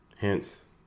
Hence